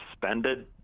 suspended